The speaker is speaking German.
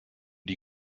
die